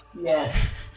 yes